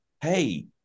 hey